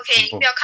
confirm